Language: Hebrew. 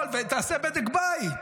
תעשה בדק בית: